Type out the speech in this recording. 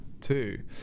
Two